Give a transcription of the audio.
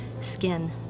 skin